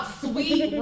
sweet